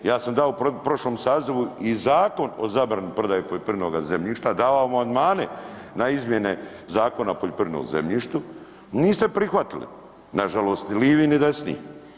Ja sam dao u prošlo sazivu i zakon o zabrani prodaje poljoprivrednoga zemljišta davao i amandmane na izmjene Zakona o poljoprivrednom zemljištu, niste prihvatili nažalost ni livi ni desni.